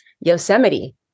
Yosemite